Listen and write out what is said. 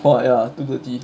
!wah! ya two thirty